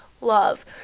love